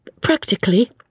Practically